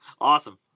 Awesome